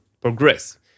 progress